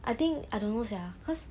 I think I don't know sia cause